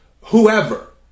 Whoever